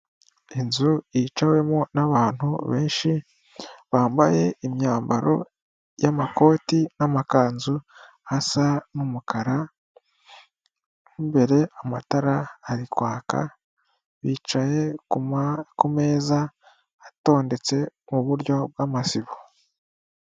Inzu yicawemo n'abantu benshi bambaye imyambaro y'amakoti n'amakanzu asa n'umukara imbere amatara ari kwaka bicaye ku amezaza atondetse muburyo bwa amasibo.